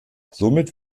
somit